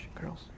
girls